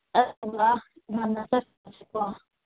ꯑꯗꯨꯒ ꯉꯟꯅ ꯆꯠꯁꯤꯀꯣ